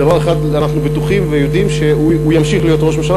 בדבר אחד אנחנו בטוחים ויודעים: הוא ימשיך להיות ראש הממשלה,